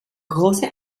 große